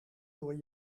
door